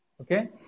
Okay